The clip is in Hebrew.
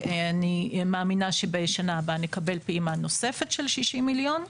אני מאמינה שבשנה הבאה נקבל פעימה נוספת של 60 מיליון,